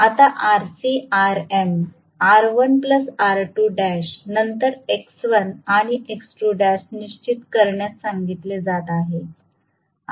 आता Rc Rm R1 R2l नंतर X1 आणि X2l निश्चित करण्यास सांगितले जात आहे